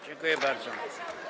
Dziękuję bardzo.